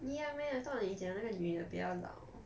一样 meh I thought 你讲的那个女的比较老